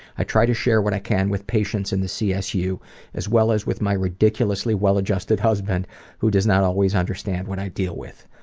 i try to share what i can with patients in the csu as well as with my ridiculously well-adjusted husband who does not always understand what i deal with.